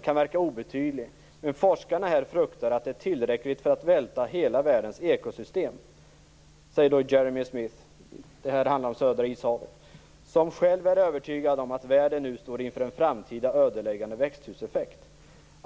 kan verka obetydligt, men forskarna här fruktar att det är tillräckligt för att välta hela världens ekosystem, säger Jeremy Smith, som själv är övertygad om att världen nu står inför en framtida ödeläggande växthuseffekt.